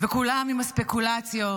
וכולם עם הספקולציות: